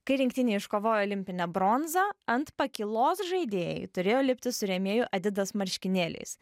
kai rinktinė iškovojo olimpinę bronzą ant pakylos žaidėjai turėjo lipti su rėmėjų adidas marškinėliais